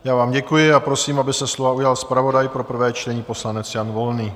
Já vám děkuji a prosím, aby se slova ujal zpravodaj pro prvé čtení, poslanec Jan Volný.